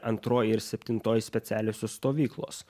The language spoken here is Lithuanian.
antroji ir septintoji specialiosios stovyklos